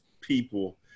people